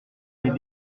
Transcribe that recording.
les